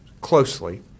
closely